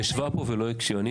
היא ישבה פה ולא הקשיבה,